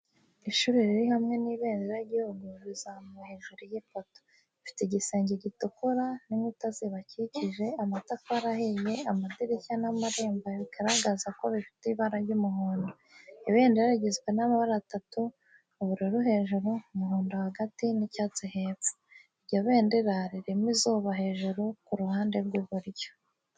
Ishuri riri hamwe n’ibendera ry’igihugu rizamuzamuwe hejuru y’ipoto. Ifite igisenge gitukura n’inkuta zubakishije amatafari ahiye Amadirishya n’amarembo bigaragaza ko bifite ibara ry’umuhondo. Ibendera rigizwe n’amabara atatu: ubururu hejuru, umuhondo hagati, n’icyatsi hepfo. Iryo bendera ririmo izuba hejuru ku ruhande rw’iburyo.